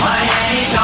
Miami